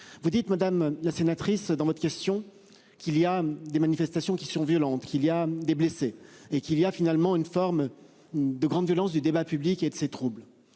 vous dites madame la sénatrice dans votre question, qu'il y a des manifestations qui sont violentes, qu'il y a des blessés et qu'il y a finalement une forme. De grande violence du débat public et de ces troubles,